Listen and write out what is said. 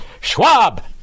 Schwab